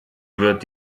wird